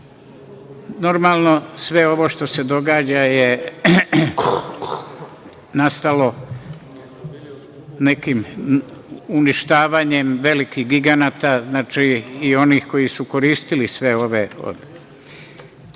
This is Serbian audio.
nameni. Sve ovo što se događa je nastalo nekim uništavanjem velikih giganata i onih koji su koristili sve ove